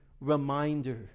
reminder